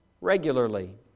regularly